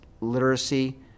literacy